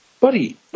Buddy